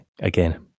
again